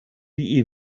die